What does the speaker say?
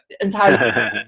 entirely